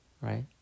right